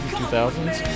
2000s